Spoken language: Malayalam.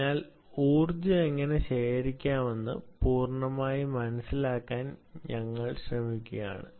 അതിനാൽ ഊർജ്ജം എങ്ങനെ ശേഖരിക്കാമെന്ന് പൂർണ്ണമായും മനസിലാക്കാൻ ഞങ്ങൾ ശ്രമിക്കുകയാണ്